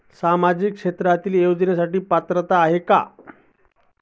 सामाजिक क्षेत्रांतील योजनेसाठी पात्रता काय आहे?